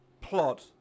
plot